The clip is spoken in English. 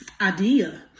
idea